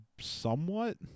somewhat